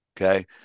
Okay